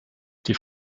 die